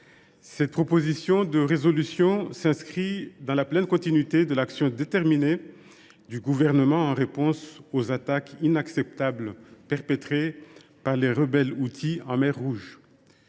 Cette proposition de résolution s’inscrit dans la pleine continuité de l’action déterminée menée par le Gouvernement pour répondre aux attaques inacceptables perpétrées par les rebelles houthis en mer Rouge.